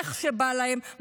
איך שבא להם,